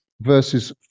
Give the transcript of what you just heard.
verses